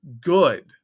good